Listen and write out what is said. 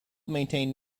maintain